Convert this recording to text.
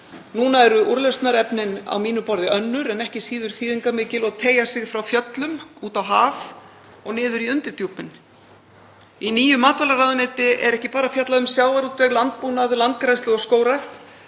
Núna eru úrlausnarefnin á mínu borði önnur en ekki síður þýðingarmikil og teygja sig frá fjöllum út á haf og niður í undirdjúpin. Í nýju matvælaráðuneyti er ekki bara fjallað um sjávarútveg, landbúnað, landgræðslu og skógrækt,